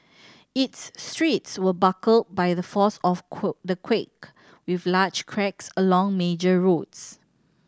its streets were buckled by the force of the quake with large cracks along major roads